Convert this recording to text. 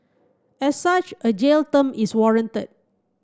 as such a jail term is warranted